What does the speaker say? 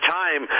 time